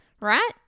right